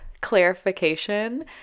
clarification